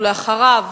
ולאחריו,